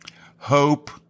hope